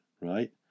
right